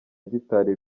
gitari